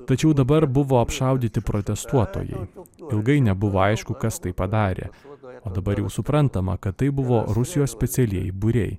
tačiau dabar buvo apšaudyti protestuotojai ilgai nebuvo aišku kas tai padarė o dabar jau suprantama kad tai buvo rusijos specialieji būriai